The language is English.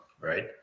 Right